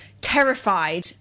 terrified